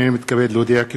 הנני מתכבד להודיעכם,